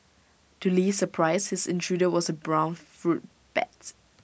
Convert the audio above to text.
to Li's surprise his intruder was A brown fruit bat